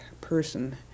person